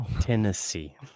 Tennessee